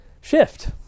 shift